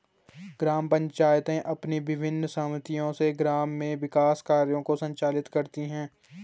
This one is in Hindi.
ग्राम पंचायतें अपनी विभिन्न समितियों से गाँव में विकास कार्यों को संचालित करती हैं